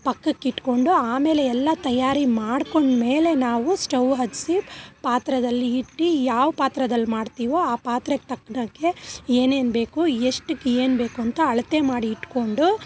ಪಕ್ಕಕ್ಕಿಟ್ಕೊಂಡು ಆಮೇಲೆ ಎಲ್ಲ ತಯಾರಿ ಮಾಡ್ಕೊಂಡು ಮೇಲೆ ನಾವು ಸ್ಟೌವ್ ಹಚ್ಸಿ ಪಾತ್ರೆದಲ್ಲಿ ಇಟ್ಟು ಯಾವ ಪಾತ್ರದಲ್ಲಿ ಮಾಡ್ತೀವೋ ಆ ಪಾತ್ರೆಗೆ ತಕ್ನಂಗೆ ಏನೇನು ಬೇಕು ಎಷ್ಟಕ್ಕೆ ಏನು ಬೇಕು ಅಂತ ಅಳತೆ ಮಾಡಿ ಇಟ್ಕೊಂಡು